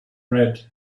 red